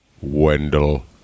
Wendell